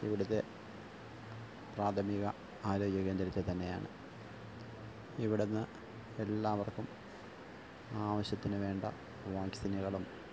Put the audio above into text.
ഇവിടുത്തെ പ്രാഥമിക ആരോഗ്യ കേന്ദ്രത്തെത്തന്നെയാണ് ഇവിടുന്ന് എല്ലാവർക്കും ആവശ്യത്തിന് വേണ്ട വാക്സിന്കളും